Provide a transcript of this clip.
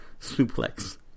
suplex